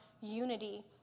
unity